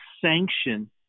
sanction